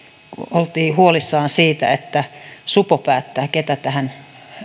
oltiin huolissaan siitä että supo päättää keitä tähän